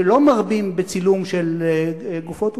שלא מרבים בצילום של גופות ופצועים,